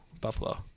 Buffalo